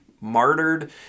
martyred